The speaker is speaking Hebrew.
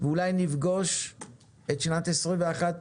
ואולי נפגוש את שנת 21'